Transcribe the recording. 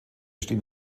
stehen